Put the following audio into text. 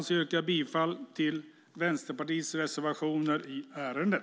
Jag yrkar bifall till Vänsterpartiets reservationer i ärendet.